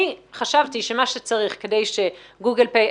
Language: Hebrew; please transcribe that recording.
אני חשבתי שמה שצריך כדי שגוגל-פיי,